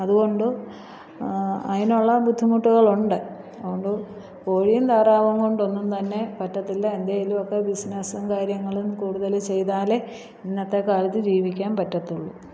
അത്കൊണ്ട് അതിനുള്ള ബുദ്ധിമുട്ടുകളുണ്ട് അതുകൊണ്ട് കോഴിയും താറാവും കൊണ്ടൊന്നും തന്നെ പറ്റത്തില്ല എന്തെങ്കിലുമൊക്കെ ബിസിനസ്സ് കാര്യങ്ങളും കൂടുതൽ ചെയ്താലേ ഇന്നത്തെക്കാലത്ത് ജീവിക്കാൻ പറ്റത്തുളളൂ